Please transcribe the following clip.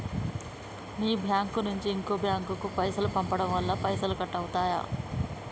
మీ bank నుంచి ఇంకో bank కు పైసలు పంపడం వల్ల పైసలు కట్ అవుతయా?